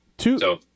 Two